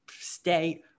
stay